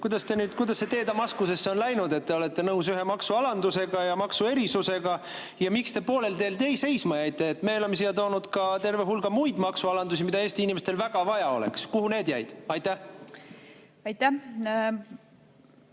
kahte asja. Kuidas see tee Damaskusesse on läinud, et te olete nõus ühe maksualandusega ja maksuerisusega? Ja miks te poolel teel seisma jäite? Me oleme siia toonud ka terve hulga muid maksualandusi, mida Eesti inimestele väga vaja oleks. Kuhu need jäid? Aitäh! Nüüd